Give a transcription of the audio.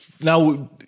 now